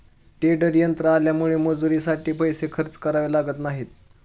tedder यंत्र आल्यामुळे मजुरीसाठी पैसे खर्च करावे लागत नाहीत